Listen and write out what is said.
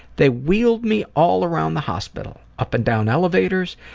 they wheeled me all around the hospital, up and down elevators,